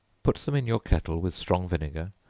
put them in your kettle with strong vinegar,